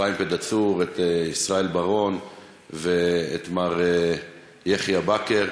אפרים פדהצור, את ישראל בר-און ואת מר יחיא באקר.